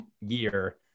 year